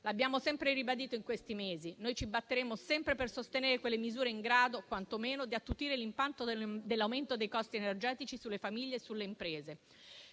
L'abbiamo sempre ribadito in questi mesi: noi ci batteremo sempre per sostenere quantomeno le misure in grado di attutire l'impatto dell'aumento dei costi energetici sulle famiglie e sulle imprese.